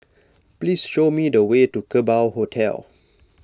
please show me the way to Kerbau Hotel